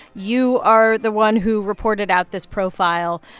you are the one who reported out this profile.